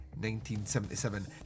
1977